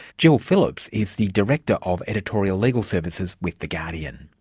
gill phillips is the director of editorial legal services with the guardian.